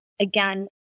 again